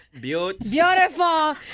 Beautiful